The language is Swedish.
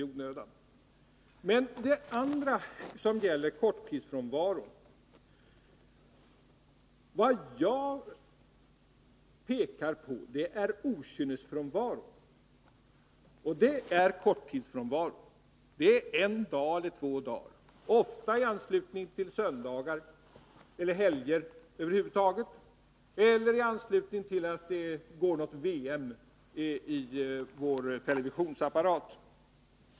Vad jag pekar på när det gäller korttidsfrånvaron är okynnesfrånvaron, som ju är korttidsfrånvaro — en dag eller två dagar och ofta i anslutning till söndagar eller helger över huvud taget och även i anslutning till att något VM visas i våra televisionsapparater.